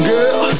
Girl